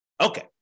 Okay